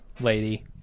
lady